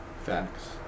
Facts